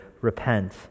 repent